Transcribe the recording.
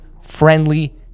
friendly